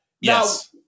Yes